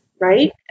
right